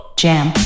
jam